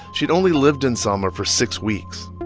she'd only lived in selma for six weeks.